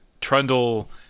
trundle